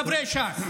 חברי ש"ס?